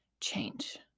change